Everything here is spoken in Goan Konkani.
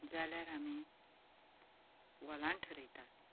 जाल्यार आमी हॉलांत थरयतात